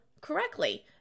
correctly